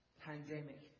pandemic